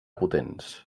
potents